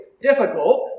difficult